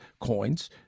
coins